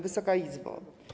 Wysoka Izbo!